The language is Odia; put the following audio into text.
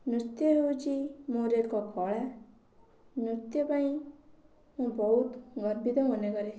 ନୃତ୍ୟ ହେଉଛି ମୋର ଏକ କଳା ନୃତ୍ୟ ପାଇଁ ମୁଁ ବହୁତ ଗର୍ବିତ ମନେ କରେ